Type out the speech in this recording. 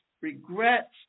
regrets